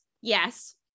Yes